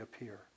appear